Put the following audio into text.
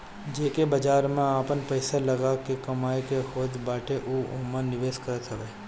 जेके बाजार में आपन पईसा लगा के कमाए के होत बाटे उ एमे निवेश करत हवे